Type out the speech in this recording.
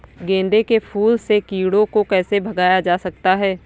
गेंदे के फूल से कीड़ों को कैसे भगाया जा सकता है?